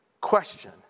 Question